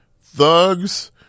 thugs